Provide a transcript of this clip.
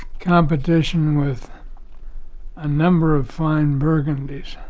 competition with a number of fine burgundies